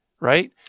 right